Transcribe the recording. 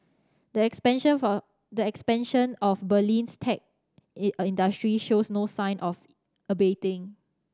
the the expansion of Berlin's tech industry shows no sign of abating